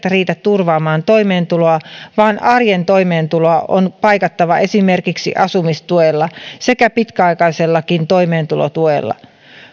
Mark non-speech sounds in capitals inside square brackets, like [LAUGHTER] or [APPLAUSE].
[UNINTELLIGIBLE] riitä turvaamaan toimeentuloa vaan arjen toimeentuloa on paikattava esimerkiksi asumistuella sekä pitkäaikaisellakin toimeentulotuella